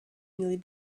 nearly